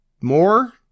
more